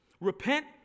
Repent